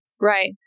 Right